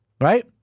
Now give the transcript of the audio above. right